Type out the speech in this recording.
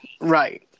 right